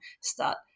start